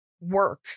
work